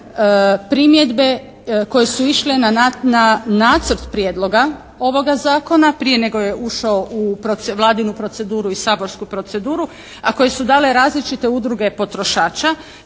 primjedbe koje su išle na Nacrt prijedloga ovoga Zakona prije nego je ušao u vladinu proceduru i saborsku proceduru a koje su dale različite udruge potrošača